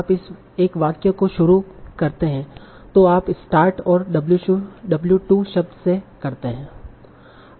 आप एक वाक्य को शुरू करते हैं जो आप स्टार्ट और w2 शब्द से करते है